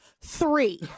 three